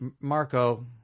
Marco